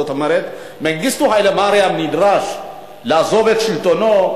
מנגיסטו היילה מריאם נדרש לעזוב את שלטונו,